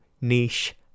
niche